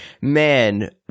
man